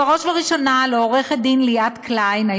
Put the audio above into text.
בראש ובראשונה לעורכת-הדין ליאת קליין,